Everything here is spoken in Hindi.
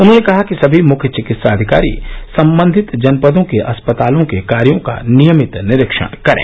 उन्होंने कहा कि सभी मुख्य चिकित्साधिकारी संबंधित जनपदों के अस्पतालों के कार्यों का नियमित निरीक्षण करें